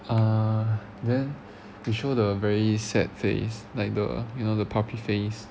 uh then to show the very sad face like the you know the puppy face